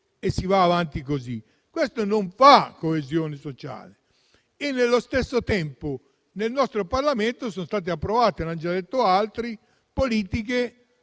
e si va avanti così, ma questo non crea coesione sociale. Nello stesso tempo, in Parlamento sono state approvate - lo hanno già detto altri - politiche